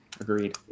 Agreed